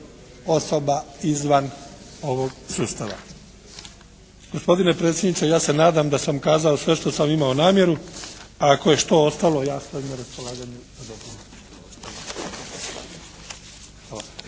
Osoba izvan ovog sustava. Gospodine predsjedniče ja se nadam da sam kazao sve što sam imao namjeru. Ako je što ostalo ja stojim na raspolaganju … /Govornik